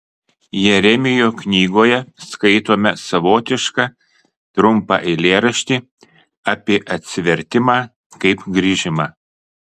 jeremijo knygoje skaitome savotišką trumpą eilėraštį apie atsivertimą kaip grįžimą